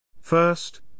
First